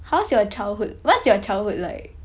how's your childhood what's your childhood like